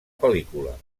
pel·lícula